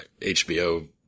HBO